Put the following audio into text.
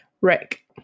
Rick